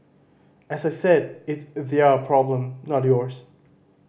as I said it's their problem not yours